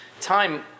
time